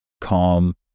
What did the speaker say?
calm